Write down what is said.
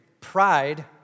Pride